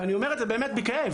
ואני אומר את זה באמת בכאב.